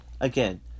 again